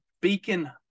beacon